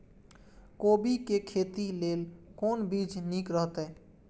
कोबी के खेती लेल कोन बीज निक रहैत?